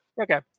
Okay